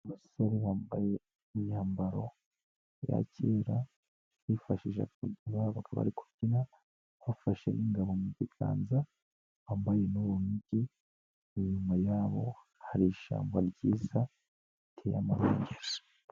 Abasore bambaye imyambaro ya kera yifashishwaga bari kubyina, bafashe ingabo mu biganza, bambaye urugi, inyuma yabo hari ishyamba ryiza riteye amabengeza.